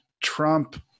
Trump